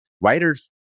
writers